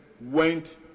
went